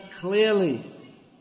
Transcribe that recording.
clearly